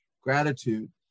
gratitude